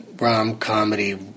rom-comedy